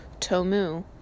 Tomu